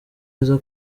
neza